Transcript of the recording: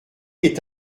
est